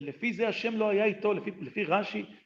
לפי זה, השם לא היה איתו, לפי רש"י.